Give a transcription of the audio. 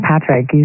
Patrick